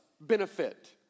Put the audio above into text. benefit